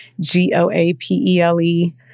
G-O-A-P-E-L-E